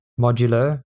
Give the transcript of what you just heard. modular